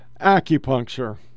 acupuncture